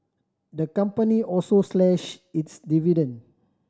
the company also slashed its dividend